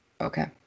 Okay